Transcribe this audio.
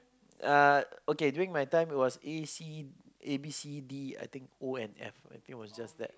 uh okay during my time it was A C A B C D I think O and F I think it was just that